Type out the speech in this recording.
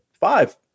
five